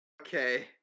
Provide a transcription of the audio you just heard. okay